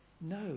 no